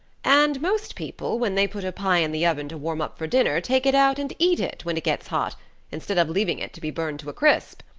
and most people when they put a pie in the oven to warm up for dinner take it out and eat it when it gets hot instead of leaving it to be burned to a crisp.